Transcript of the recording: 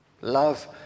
love